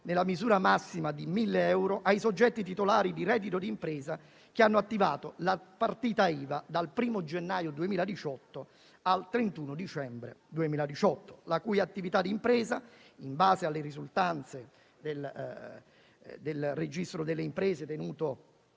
nella misura massima di 1.000 euro ai soggetti titolari di reddito d'impresa che hanno attivato la partita IVA dal primo gennaio 2018 al 31 dicembre 2018 e la cui attività di impresa, in base alle risultanze del registro delle imprese tenuto